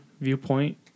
viewpoint